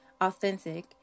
authentic